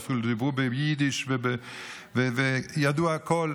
ואפילו דיברו יידיש וידעו הכול,